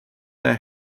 their